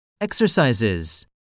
Exercises